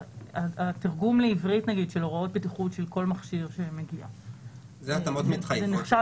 התרגום לעברית של הוראות בטיחות של כל מכשיר שמגיע זה נחשב,